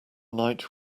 night